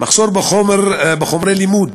מחסור בחומרי לימוד